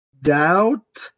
doubt